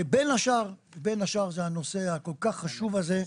בין השאר זה הנושא הכל כך חשוב הזה,